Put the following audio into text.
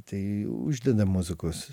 tai uždedam muzikos